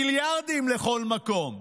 מיליארדים, לכל מקום?